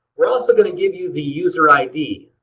we're also going to give you the user id.